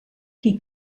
qui